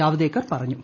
ജാവ്ദേക്കർ പറഞ്ഞു